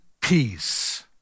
peace